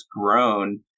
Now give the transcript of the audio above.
grown